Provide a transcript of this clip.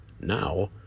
now